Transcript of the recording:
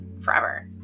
forever